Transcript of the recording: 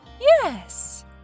Yes